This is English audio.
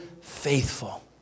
faithful